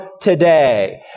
today